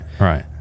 right